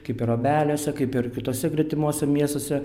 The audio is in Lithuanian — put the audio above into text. kaip ir obeliuose kaip ir kituose gretimuose miestuose